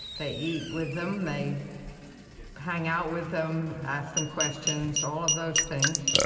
they eat with them. they hang out with them, ask them questions, all of those things.